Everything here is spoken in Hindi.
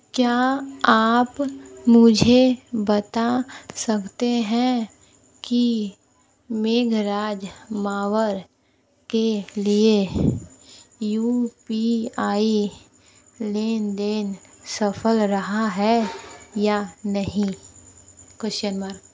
क्या आप मुझे बता सकते हैं कि मेघराज मावर के लिए यू पी आई लेन देन सफल रहा है या नहीं क्वेश्चन मार्क